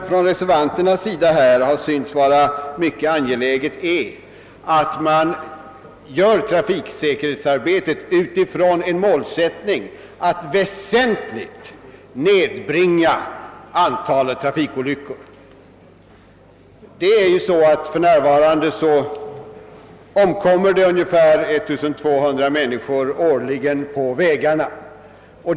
För reservanterna har det synts vara mycket angeläget att trafiksäkerhetsarbetet bedrivs med målsättningen att väsentligt nedbringa antalet trafikolyckor. För närvarande 'omkommer ungefär 1 200 människor årligen i vägtrafikolyckor.